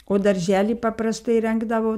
o darželį paprastai rengdavo